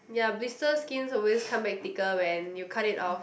ya blister skins always come back thicker when you cut it off